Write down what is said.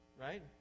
right